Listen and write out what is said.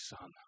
son